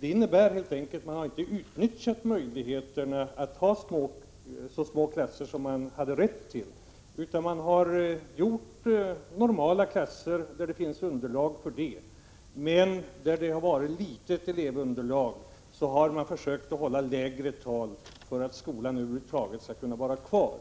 Det innebär helt enkelt att man inte utnyttjat rätten att ha små klasser, utan man har haft normala klasser där det funnits underlag för det. Där elevunderlaget varit litet har man försökt hålla lägre tal för att skolan över huvud taget skall kunna vara kvar.